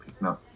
No